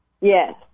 Yes